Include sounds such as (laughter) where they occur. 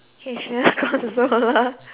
(laughs)